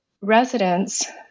residents